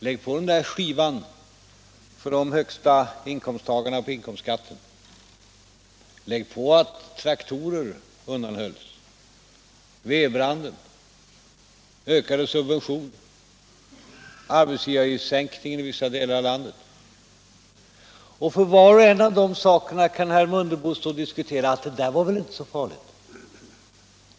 Lägg på den där skivan med inkomstskatten för de högsta inkomsttagarna! Lägg på att traktorer undantogs! Lägg på vedbranden! Lägg på ökade subventioner och sänkningen av arbetsgivaravgiften i vissa delar av landet! Om var och en av de sakerna kan herr Mundebo säga att det var väl inte så farligt.